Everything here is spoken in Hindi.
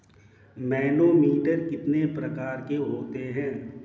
मैनोमीटर कितने प्रकार के होते हैं?